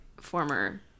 former